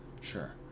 Sure